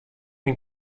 myn